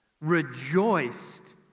rejoiced